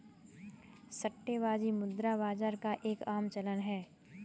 सट्टेबाजी मुद्रा बाजार का एक आम चलन है